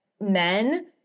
men